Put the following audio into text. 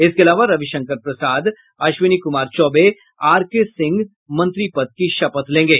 इसके अलावा रविशंकर प्रसाद अश्विनी कुमार चौबे आरके सिंह मंत्री पद की शपथ लेंगे